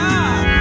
God